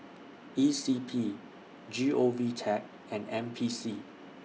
E C P G O V Tech and N P C